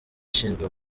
ishinzwe